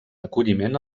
acolliment